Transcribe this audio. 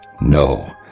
No